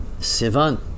Sivan